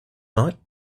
night